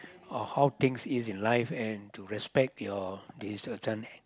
or how things is in life and to respect your this certain